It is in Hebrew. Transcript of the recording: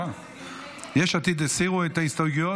יש עתיד הסירו את ההסתייגויות.